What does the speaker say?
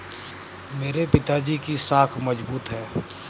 मेरे पिताजी की साख मजबूत है